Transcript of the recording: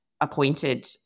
appointed